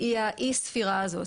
היא האי ספירה הזאת,